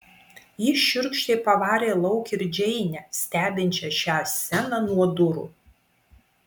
jis šiurkščiai pavarė lauk ir džeinę stebinčią šią sceną nuo durų